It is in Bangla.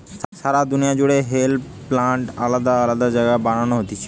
সারা দুনিয়া জুড়ে হেম্প প্লান্ট আলাদা জায়গায় বানানো হতিছে